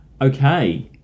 Okay